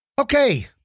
Okay